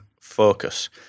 focus